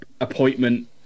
appointment